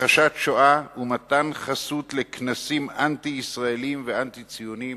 הכחשת השואה ומתן חסות לכנסים אנטי-ישראליים ואנטי-ציוניים,